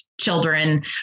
children